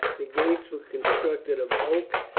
the gates were constructed of oak,